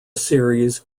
series